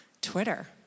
Twitter